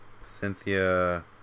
Cynthia